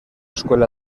escuela